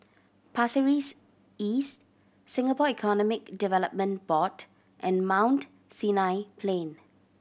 Pasir Ris East Singapore Economic Development Board and Mount Sinai Plain